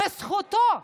וזכותו.